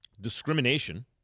Discrimination